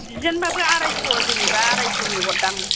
दिजेनबाबो आराइस' जेनबा आराइस'नि हरदां